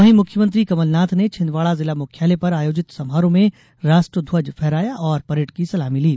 वहीं मुख्यमंत्री कमलनाथ ने छिंदवाड़ा जिला मुख्यालय पर आयोजित समारोह में राष्ट्रध्वज फहराया और परेड की सलामी ली